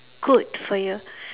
good for you